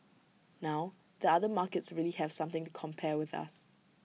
now the other markets really have something to compare with us